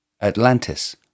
Atlantis